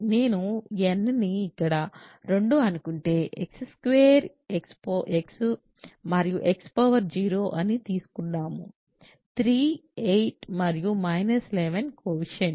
నేను n ని ఇక్కడ 2 అనుకుంటే x 2 x 1 మరియు x 0 అని తీసుకుంటున్నాను 3 8 మరియు మైనస్ 11 కోఎఫిషన్ట్స్